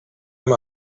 amb